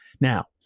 now